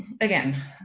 again